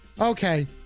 Okay